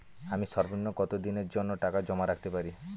আমি সর্বনিম্ন কতদিনের জন্য টাকা জমা রাখতে পারি?